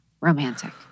romantic